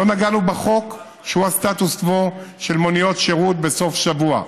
לא נגענו בחוק שהוא הסטטוס קוו של מוניות שירות בסוף השבוע.